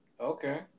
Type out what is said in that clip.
okay